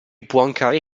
poincaré